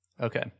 Okay